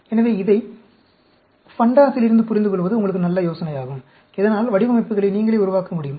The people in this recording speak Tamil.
எனவே அதை fundas லிருந்து புரிந்துகொள்வது உங்களுக்கு நல்ல யோசனையாகும் இதனால் வடிவமைப்புகளை நீங்களே உருவாக்க முடியும்